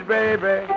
baby